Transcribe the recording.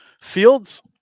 Fields